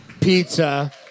Pizza